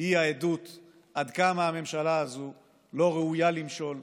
היא העדות עד כמה הממשלה הזאת לא ראויה למשול,